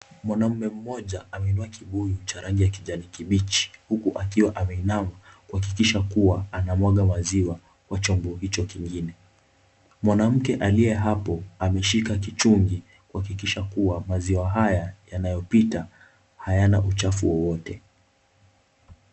Mwanume mmoja ameinuma kibuyu cha rangi ya kijani kibichi huku akiwa ameinama kuhakikisha anamwaga maziwa kwa chombo hicho kingine, mwanamke aliye hapo ameshika kichungi kuhakikisha maziwa haya yanayopita hayana uchafu wowote.